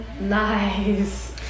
Nice